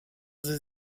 sie